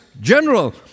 general